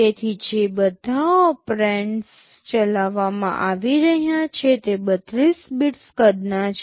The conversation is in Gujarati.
તેથી જે બધા ઓપરેન્ડ્સ ચલાવવામાં આવી રહ્યા છે તે 32 બિટ્સ કદના છે